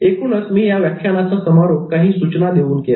एकूणच मी व्याख्यानाचा समारोप काही सूचना देऊन केला